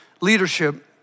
leadership